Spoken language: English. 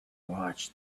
watched